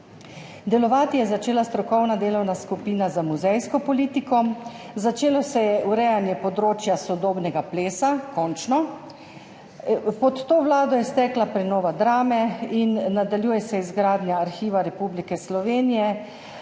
Delovati je začela strokovna delovna skupina za muzejsko politiko, začelo se je urejanje področja sodobnega plesa, končno. Pod to vlado je stekla prenova Drame in nadaljuje se izgradnja Arhiva Republike Slovenije,